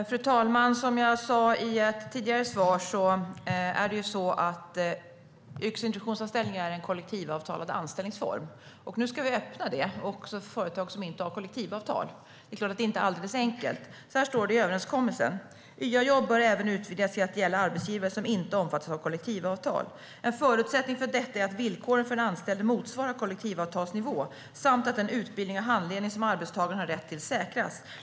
Fru talman! Som jag sa i ett tidigare svar är yrkesintroduktionsanställningar en kollektivavtalad anställningsform. Nu ska vi öppna dem också för företag som inte har kollektivavtal. Det är klart att det inte är alldeles enkelt. Så här står det i överenskommelsen: YA-jobb bör även utvidgas till att gälla arbetsgivare som inte omfattas av kollektivavtal. En förutsättning för detta är att villkoren för den anställde motsvarar kollektivavtalsnivå samt att den utbildning och handledning som arbetstagaren har rätt till säkras.